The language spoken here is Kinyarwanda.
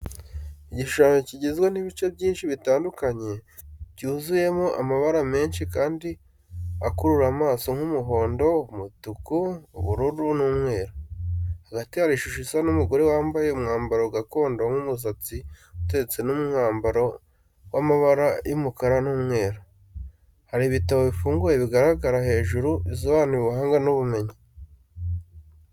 Igishushanyo kigizwe n’ibice byinshi bitandukanye, byuzuyemo amabara menshi kandi akurura amaso nk’umuhondo, umutuku, ubururu, n'umweru. Hagati hari ishusho isa n’umugore wambaye umwambaro gakondo nk’umusatsi uteretse n’umwambaro w’amabara y’umukara n’umweru. Hari ibitabo bifunguye bigaragara hejuru, bisobanuye ubuhanga n'ubumenyi.